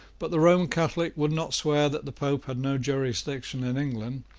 but the roman catholic would not swear that the pope had no jurisdiction in england,